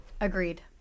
Agreed